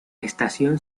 estación